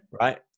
Right